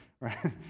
right